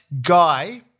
guy